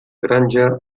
granja